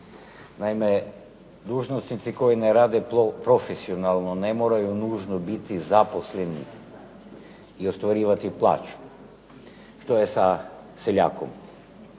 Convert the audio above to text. Naime, dužnosnici koji ne rade profesionalno ne moraju nužno biti zaposleni i ostvarivati plaću. Što je sa seljakom,